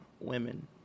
women